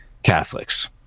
Catholics